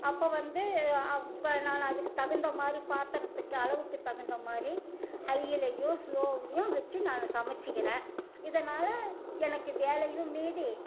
அப்போ வந்து அப்போ நான் அதுக்கு தகுந்தமாதிரி பாத்திரத்துக்கு அளவுக்கு தகுந்தமாதிரி ஹையிலையும் ஸ்லோவிலையும் வச்சு நான் சமைச்சிக்கிறேன் இதனால் எனக்கு வேலையும் மீதி